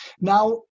Now